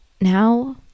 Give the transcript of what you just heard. now